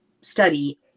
study